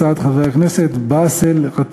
הצעה לסדר-היום של חבר הכנסת באסל גטאס.